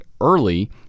early